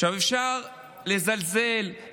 אפשר לזלזל,